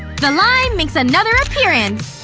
the lime makes another appearance!